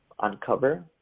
uncover